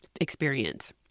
experience